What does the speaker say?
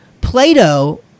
Plato